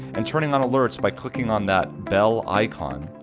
and turning on alerts by clicking on that bell icon,